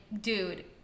dude